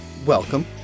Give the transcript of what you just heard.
Welcome